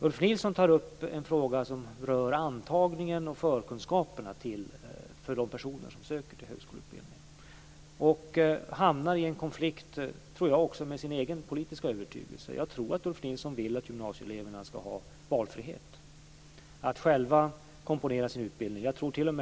Ulf Nilsson tar upp en fråga som rör antagningen och förkunskaperna för de personer som söker till högskoleutbildning, men jag tror att han hamnar i en konflikt med sin egen politiska övertygelse. Jag tror att Ulf Nilsson vill att gymnasieeleverna ska ha valfrihet att själva komponera sin utbildning.